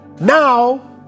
Now